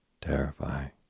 Terrifying